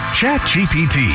ChatGPT